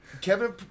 Kevin